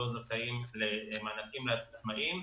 לא זכאים למענקים לעצמאיים.